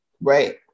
Right